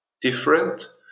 different